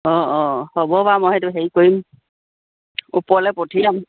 অঁ অঁ হ'ব বাৰু মই সেইটো হেৰি কৰিম ওপৰলে পঠিয়াম